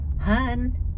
Hun